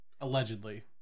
allegedly